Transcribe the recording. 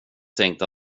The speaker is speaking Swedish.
tänkte